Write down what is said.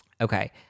Okay